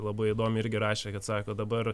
labai įdomiai irgi rašė kad sako dabar